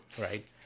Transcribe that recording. right